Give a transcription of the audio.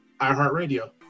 iHeartRadio